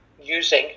using